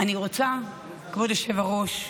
אני רוצה, כבוד היושב-ראש,